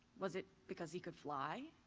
was it because he could fly?